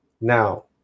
Now